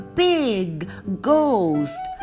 big,ghost